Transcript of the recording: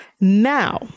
Now